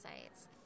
sites